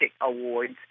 Awards